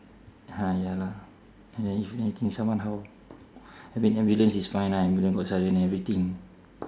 ha ya lah someone how I mean ambulance is fine lah ambulance got siren everything